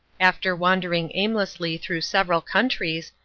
after wandering aimlessly through several countries,